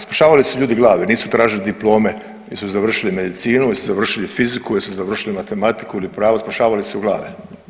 Spašavali su ljudi glave, nisu tražili diplome, nisu završili medicinu, jel su završili fiziku, jel' su završili matematiku ili pravo, spašavali su glave.